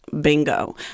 bingo